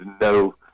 no